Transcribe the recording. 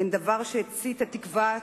אין דבר שהצית את תקוות